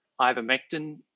ivermectin